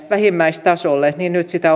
vähimmäistasolle sitä